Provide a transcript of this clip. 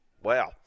Wow